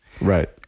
Right